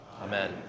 Amen